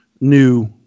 new